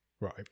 Right